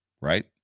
right